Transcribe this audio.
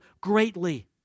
greatly